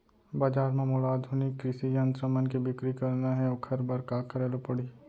बजार म मोला आधुनिक कृषि यंत्र मन के बिक्री करना हे ओखर बर का करे ल पड़ही?